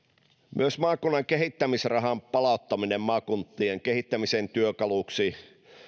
myös maakunnan kehittämisrahan palauttaminen maakuntien kehittämisen työkaluksi